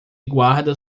guarda